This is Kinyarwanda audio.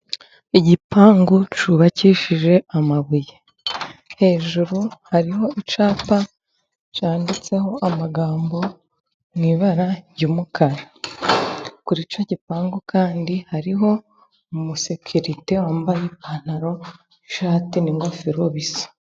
Igipangu cyubakishije amabuye，hejuru hariho icyapa cyanditseho amagambo mu ibara ry'umukara. Kuri icyo gipangu kandi hariho umusekerite， wambaye ipantaro n'ishati，n'ingofero bisa.